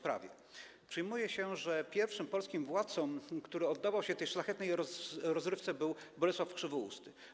Przyjmuje się, że pierwszym polskim władcą, który oddawał się tej szlachetnej rozrywce, był Bolesław Krzywousty.